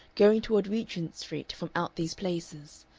going toward regent street from out these places.